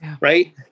right